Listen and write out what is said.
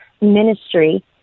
ministry